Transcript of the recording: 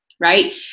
right